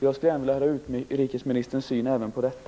Jag skulle gärna vilja få del av utrikesministerns syn även på detta.